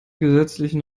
gesetzlichen